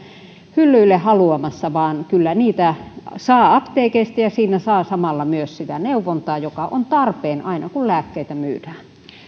hyllyille haluamassa vaan kyllä niitä saa apteekeista ja siinä saa samalla myös sitä neuvontaa joka on tarpeen aina kun lääkkeitä myydään